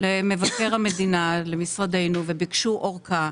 למבקר המדינה, למשרדנו, וביקשו ארכה.